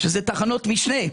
שזה תחנות משנה.